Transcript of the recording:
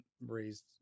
raised